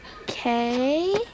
Okay